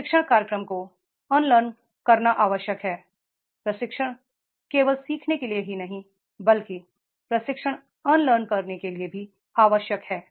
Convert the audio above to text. प्रशिक्षण कार्यक्रम को अनलर्न करना आवश्यक है प्रशिक्षण केवल सीखने के लिए ही नहीं है बल्कि प्रशिक्षण अनलर्न के लिए भी आवश्यक है